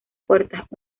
puertas